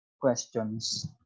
questions